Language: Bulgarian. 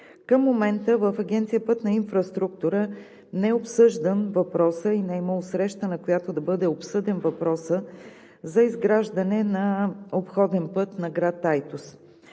Към момента в Агенция „Пътна инфраструктура“ не е обсъждан въпросът и не е имало среща, на която да бъде обсъден въпросът за изграждане на обходен път на град Айтос.